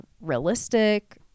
realistic